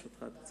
ברשותך.